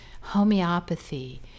homeopathy